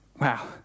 Wow